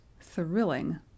Thrilling